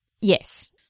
Yes